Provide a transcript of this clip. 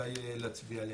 שכדאי להצביע עליהם.